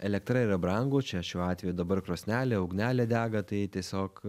elektra yra brangu čia šiuo atveju dabar krosnelė ugnelė dega tai tiesiog